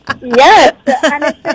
Yes